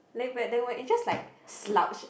lay back then when it's just like slouch